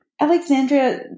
Alexandria